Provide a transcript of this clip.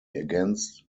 against